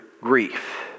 grief